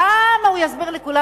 כמה הוא יסביר לכולם,